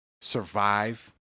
survive